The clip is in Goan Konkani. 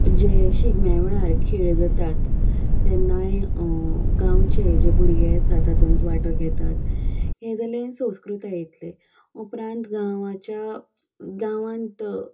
जे शिगम्या वेळार खेळ जातात तेन्नाय गांवचे जे भुरगे आसा तातूंत वांटो घेतात हें जालें संस्कृतायेंतलें उपरांत गांवाच्या गांवांत